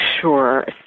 Sure